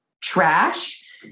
trash